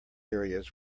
areas